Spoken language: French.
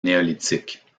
néolithique